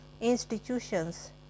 institutions